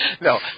no